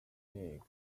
pig